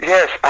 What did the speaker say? Yes